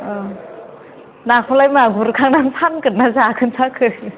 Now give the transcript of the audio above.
औ नाखौलाय मा गुरखांनानै फानगोन्ना जागोन जाखो